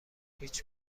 هیچ